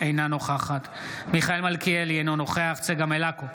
אינה נוכחת מיכאל מלכיאלי, אינו נוכח צגה מלקו,